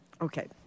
okay